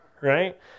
right